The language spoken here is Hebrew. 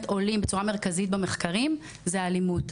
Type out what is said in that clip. עולים בצורה מרכזית במחקרים זה האלימות,